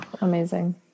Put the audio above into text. amazing